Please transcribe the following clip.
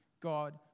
God